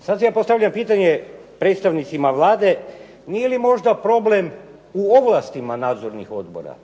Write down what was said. Sad ja postavljam pitanje predstavnicima Vlade nije li možda problem u ovlastima nadzornih odbora.